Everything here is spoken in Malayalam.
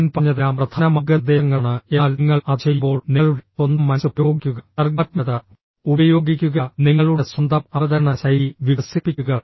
ഞാൻ പറഞ്ഞതെല്ലാം പ്രധാന മാർഗ്ഗനിർദ്ദേശങ്ങളാണ് എന്നാൽ നിങ്ങൾ അത് ചെയ്യുമ്പോൾ നിങ്ങളുടെ സ്വന്തം മനസ്സ് പ്രയോഗിക്കുക സർഗ്ഗാത്മകത ഉപയോഗിക്കുക നിങ്ങളുടെ സ്വന്തം അവതരണ ശൈലി വികസിപ്പിക്കുക